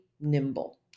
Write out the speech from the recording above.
nimble